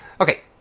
Okay